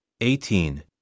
eighteen